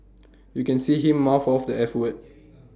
you can see him mouth off the eff word